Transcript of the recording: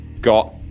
got